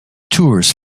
tours